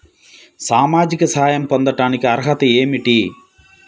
సామాజిక సహాయం పొందటానికి అర్హత ఏమిటి?